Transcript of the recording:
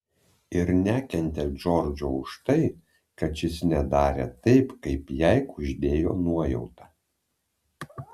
ir nekentė džordžo už tai kad šis nedarė taip kaip jai kuždėjo nuojauta